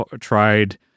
tried